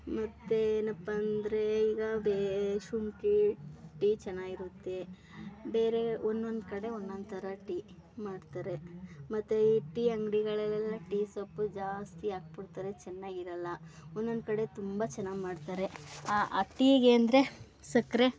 ಮತ್ತೆ ಏನಪ್ಪ ಅಂದರೆ ಈಗ ಬೇ ಶುಂಠಿ ಟೀ ಚೆನ್ನಾಗಿರುತ್ತೆ ಬೇರೆ ಒಂದೊಂದು ಕಡೆ ಒಂದೊಂದು ಥರ ಟೀ ಮಾಡ್ತಾರೆ ಮತ್ತೆ ಈ ಟೀ ಅಂಗಡಿಗಳಲ್ಲೆಲ್ಲ ಟೀ ಸೊಪ್ಪು ಜಾಸ್ತಿ ಹಾಕ್ಬಿಡ್ತಾರೆ ಚೆನ್ನಾಗಿರಲ್ಲ ಒಂದೊಂದು ಕಡೆ ತುಂಬ ಚೆನ್ನಾಗಿ ಮಾಡ್ತಾರೆ ಆ ಟೀಗೆ ಅಂದರೆ ಸಕ್ಕರೆ